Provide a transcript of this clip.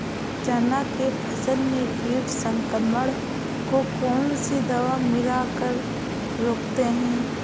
चना के फसल में कीट संक्रमण को कौन सी दवा मिला कर रोकते हैं?